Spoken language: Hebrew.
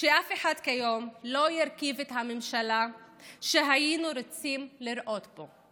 שאף אחד כיום לא ירכיב את הממשלה שהיינו רוצים לראות פה.